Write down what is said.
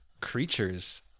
creatures